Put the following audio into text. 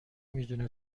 میدونه